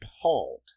appalled